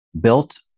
built